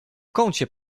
kącie